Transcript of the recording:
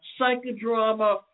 psychodrama